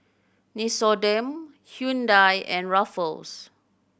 Nixoderm Hyundai and Ruffles